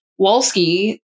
Wolski